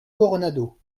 coronado